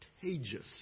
contagious